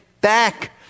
back